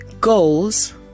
goals